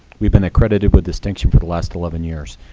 we've been accredited with distinction for the last eleven years.